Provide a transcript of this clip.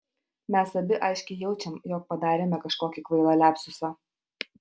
mes abi aiškiai jaučiam jog padarėme kažkokį kvailą liapsusą